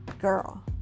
girl